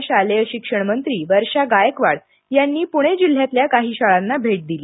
राज्याच्या शालेय शिक्षण मंत्री वर्षा गायकवाड यांनी प्णे जिल्ह्यातल्या काही शाळांना भेट दिली